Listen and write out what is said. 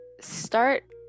start